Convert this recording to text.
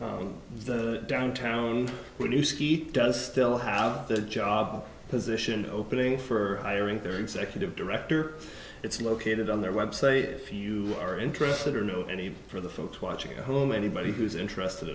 in the downturn own we do skeet does still have the job position opening for hiring their executive director it's located on their website if you are interested or know any for the folks watching at home anybody who's interested